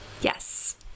Yes